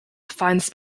finds